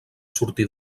sortir